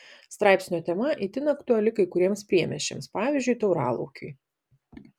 straipsnio tema itin aktuali kai kuriems priemiesčiams pavyzdžiui tauralaukiui